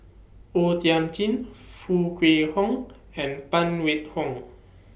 O Thiam Chin Foo Kwee Horng and Phan Wait Hong